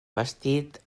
vestit